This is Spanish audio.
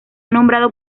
nombrado